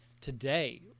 today